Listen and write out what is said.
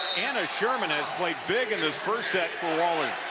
and sherman has playedbig in the first set for wahlert.